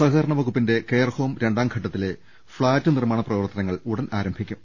സഹകരണ വകുപ്പിന്റെ കെയർഹോം രണ്ടാംഘട്ടത്തിലെ ഫ്ളാറ്റ് നിർമാണ പ്രവർത്തനങ്ങൾ ഉടൻ ആരംഭിക്കും